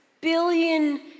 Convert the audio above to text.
billion